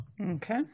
okay